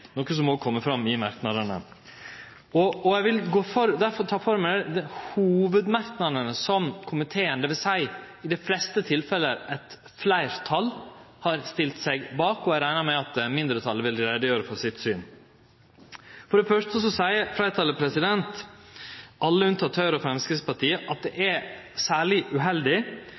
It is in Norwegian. noko som òg kjem fram i merknadene. Eg vil derfor ta for meg hovudmerknadene, som komiteen – det vil seie i dei fleste tilfella eit fleirtal – har stilt seg bak. Eg reknar med at mindretalet vil gjere greie for sitt syn. For det første seier fleirtalet – alle unnateke Høgre og Framstegspartiet – at det er særleg uheldig